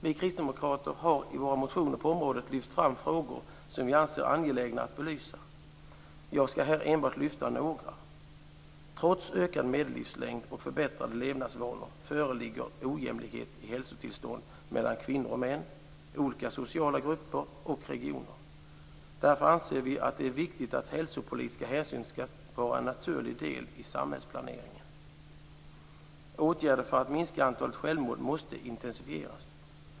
Vi kristdemokrater har i våra motioner på området lyft fram frågor som vi anser angelägna att belysa. Jag skall här enbart lyfta några. Trots ökad medellivslängd och förbättrade levnadsvanor föreligger ojämlikhet i hälsotillstånd mellan kvinnor och män, olika sociala grupper och regioner. Därför anser vi att det är viktigt att hälsopolitiska hänsyn skall vara en naturlig del i samhällsplaneringen. Åtgärder för att minska antalet självmord måste intensifieras.